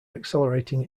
accelerating